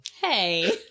Hey